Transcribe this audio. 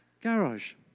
garage